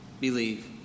believe